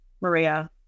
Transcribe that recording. Maria